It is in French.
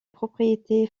propriété